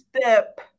step